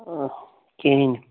آہ کِہیٖنٛۍ